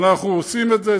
אנחנו עושים את זה,